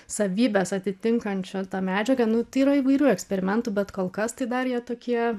savybes atitinkančio tą medžiagą nu tai yra įvairių eksperimentų bet kol kas tai dar jie tokie